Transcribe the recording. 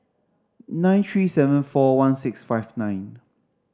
nine three seven four one six five nine